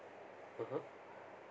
(uh huh)